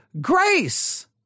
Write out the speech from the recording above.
grace